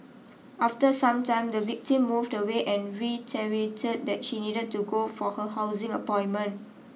after some time the victim moved away and reiterated that she needed to go for her housing appointment